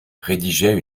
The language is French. rédigeait